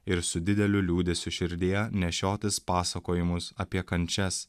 ir su dideliu liūdesiu širdyje nešiotis pasakojimus apie kančias